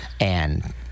And-